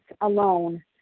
alone